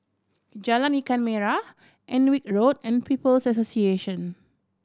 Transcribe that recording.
Jalan Ikan Merah Alnwick Road and People's Association